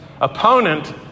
opponent